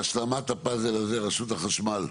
להשלמת הפאזל הזה, רשות החשמל,